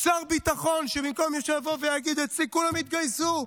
שר ביטחון שבמקום שיבוא ויגיד: אצלי כולם יתגייסו,